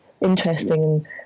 interesting